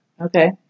Okay